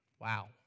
Wow